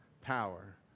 power